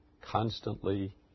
constantly